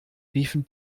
riefen